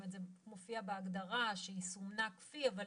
זה מופיע בהגדרה שהיא סומנה "כפי" אבל